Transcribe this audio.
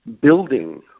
building